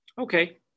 Okay